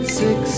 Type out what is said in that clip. six